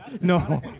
No